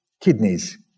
kidneys